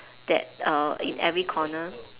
that uh in every corner